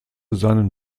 seinen